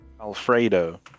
alfredo